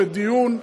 לדיון,